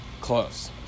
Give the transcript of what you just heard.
Close